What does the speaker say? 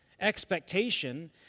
expectation